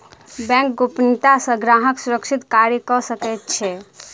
bank गोपनियता सॅ ग्राहक सुरक्षित कार्य कअ सकै छै